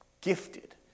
gifted